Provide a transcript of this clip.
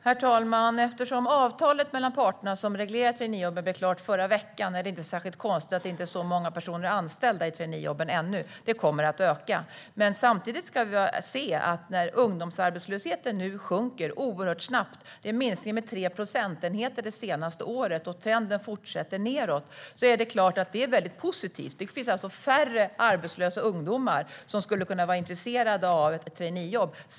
Herr talman! Eftersom det avtal mellan parterna som reglerar traineejobben blev klart förra veckan är det inte särskilt konstigt att inte så många personer är anställda i traineejobb ännu. Det kommer att öka. Men samtidigt sjunker nu ungdomsarbetslösheten oerhört snabbt. Det har skett en minskning med 3 procentenheter det senaste året, och trenden fortsätter nedåt. Det är klart att det är väldigt positivt. Det finns färre arbetslösa ungdomar som skulle kunna vara intresserade av ett traineejobb.